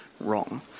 wrong